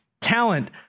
talent